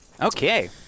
Okay